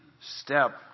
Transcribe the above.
step